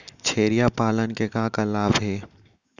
छेरिया पालन के का का लाभ हे?